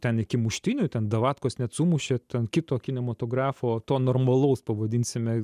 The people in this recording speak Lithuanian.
ten iki muštynių ten davatkos net sumušė ten kito kinematografo to normalaus pavadinsime